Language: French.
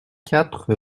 quatre